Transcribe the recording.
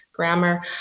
grammar